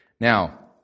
Now